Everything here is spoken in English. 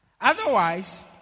Otherwise